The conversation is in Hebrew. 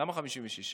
למה 56?